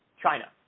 China